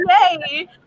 Yay